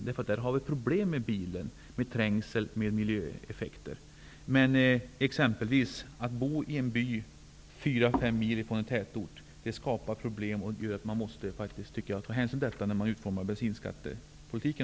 I storstadsområdena har man problem med bilar -- trängsel och miljöproblem. Men om man bor i en by fyra--fem mil från en tätort innebär det problem, och till det måste hänsyn tas vid utformningen av bensinskattepolitiken.